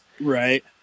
Right